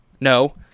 no